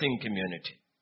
community